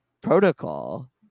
protocol